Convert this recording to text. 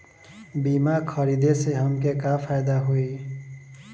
बीमा खरीदे से हमके का फायदा होई?